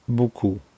beaucoup